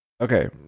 Okay